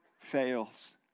fails